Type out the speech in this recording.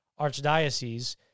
archdiocese